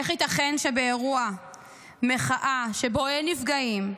איך ייתכן שבאירוע מחאה שבו אין נפגעים,